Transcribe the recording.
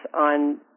on